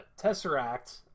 Tesseract